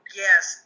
yes